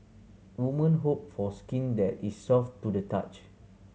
women hope for skin that is soft to the touch